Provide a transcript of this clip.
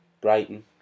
Brighton